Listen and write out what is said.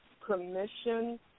permission